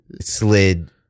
slid